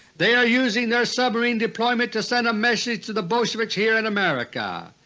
they are using their submarine deployment to send a message to the bolsheviks here in america.